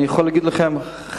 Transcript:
אני יכול להגיד לכם חד-משמעית: